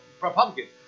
Republicans